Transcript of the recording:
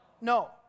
No